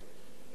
זה לא לגיטימי?